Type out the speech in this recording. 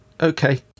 Okay